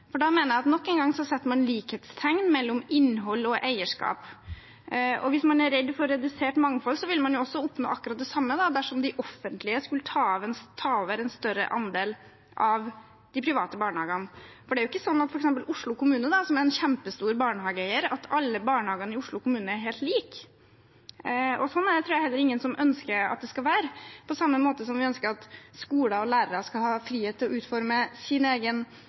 samme dersom de offentlige skulle ta over en større andel av de private barnehagene. Det er jo ikke sånn at alle barnehagene i Oslo kommune, som er en kjempestor barnehageeier, er helt like. Sånn tror jeg heller ikke at det er noen som ønsker at det skal være. På samme måte som vi ønsker at skoler og lærere skal ha frihet til å utforme sin egen